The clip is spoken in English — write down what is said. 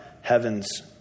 heaven's